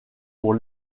pour